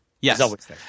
Yes